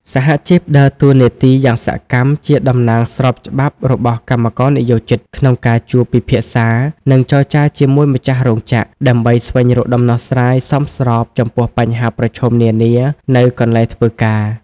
សហជីពដើរតួនាទីយ៉ាងសកម្មជាតំណាងស្របច្បាប់របស់កម្មករនិយោជិត ក្នុងការជួបពិភាក្សា និងចរចាជាមួយម្ចាស់រោងចក្រ ដើម្បីស្វែងរកដំណោះស្រាយសមស្របចំពោះបញ្ហាប្រឈមនានានៅកន្លែងធ្វើការ។